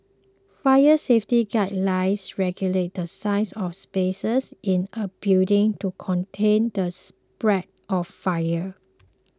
fire safety guidelines regulate the size of spaces in a building to contain the spread of fire